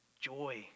joy